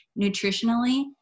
nutritionally